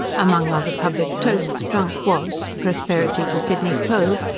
among other public toasts drank, was, prosperity to sydney cove,